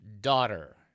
daughter